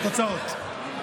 תוצאות.